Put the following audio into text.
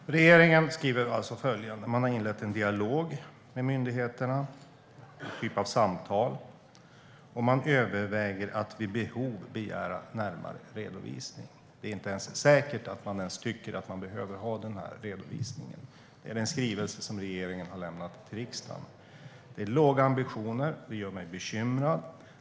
Herr talman! Regeringen skriver alltså att man har inlett en dialog med myndigheterna och överväger att vid behov begära närmare redovisning. Det är inte säkert att man ens tycker att man behöver ha den här redovisningen. Det är den skrivelse som regeringen har lämnat till riksdagen. Det är låga ambitioner. Det gör mig bekymrad.